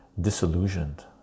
Disillusioned